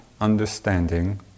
understanding